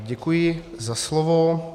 Děkuji za slovo.